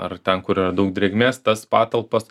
ar ten kur yra daug drėgmės tas patalpas